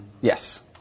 yes